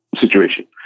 situation